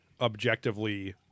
objectively